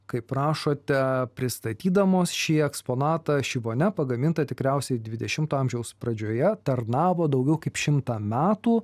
kai prašote pristatydamos šį eksponatą ši vonia pagaminta tikriausiai dvidešimto amžiaus pradžioje tarnavo daugiau kaip šimtą metų